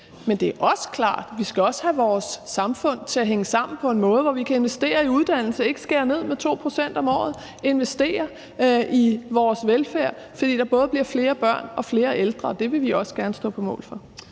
Men det er også klart, at vi skal have vores samfund til at hænge sammen på en måde, hvor vi kan investere i uddannelse og ikke skærer ned med 2 pct. om året, investere i vores velfærd, fordi der både bliver flere børn og flere ældre. Og det vil vi også gerne stå på mål for.